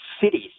cities